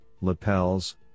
lapels